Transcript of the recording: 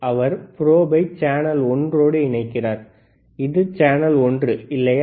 அவர் ப்ரோபை சேனல் ஒன்றோடு இணைக்கிறார் இது சேனல் ஒன்று இல்லையா